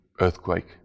earthquake